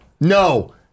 No